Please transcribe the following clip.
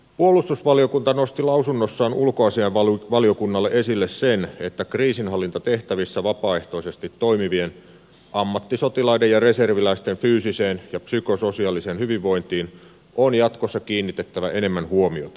puolustusvaliokunta nosti lausunnossaan ulkoasiainvaliokunnalle esille sen että kriisinhallintatehtävissä vapaaehtoisesti toimivien ammattisotilaiden ja reserviläisten fyysiseen ja psykososiaaliseen hyvinvointiin on jatkossa kiinnitettävä enemmän huomiota